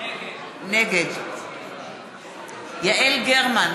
נגד יעל גרמן,